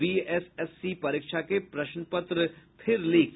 BSSC परीक्षा के प्रश्नपत्र फिर लीक